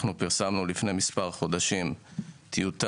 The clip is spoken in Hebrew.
אנחנו פרסמנו לפני מספר חודשים טיוטה